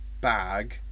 bag